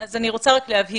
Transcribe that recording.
אז אני רוצה רק להבהיר.